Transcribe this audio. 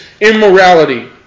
immorality